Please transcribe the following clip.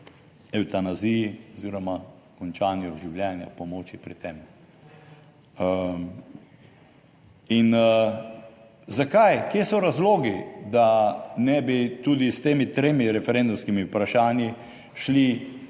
evtanaziji oziroma končanju življenja, pomoči pri tem. Zakaj, kje so razlogi, da ne bi tudi s temi tremi referendumskimi vprašanji šli,